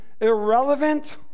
irrelevant